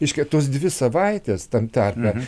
reiškia tos dvi savaites tam tarpe